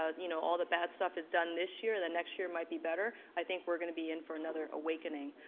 ah you know, all the bad stuff is done this year then next year might be better. i think we're going to be in for another awakening.